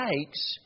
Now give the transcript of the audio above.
takes